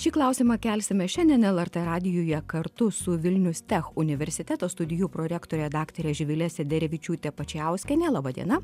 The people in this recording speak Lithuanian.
šį klausimą kelsime šiandien lrt radijuje kartu su vilnius tech universiteto studijų prorektore daktare živile sederevičiūte pačiauskiene laba diena